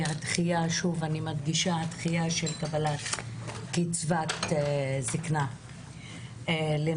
זה הדחייה אני מדגישה: הדחייה של קבלת קצבת הזקנה לנשים.